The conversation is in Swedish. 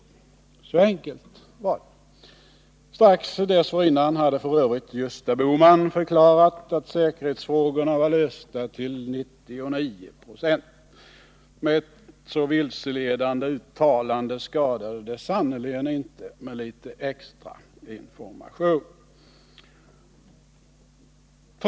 Så enkelt var det. Strax dessförinnan hade f. ö. Gösta Bohman förklarat att säkerhetsfrågorna var lösta till 99 96. Med sådana vilseledande uttalanden skadade det sannerligen inte med litet extra information.